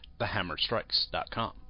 TheHammerStrikes.com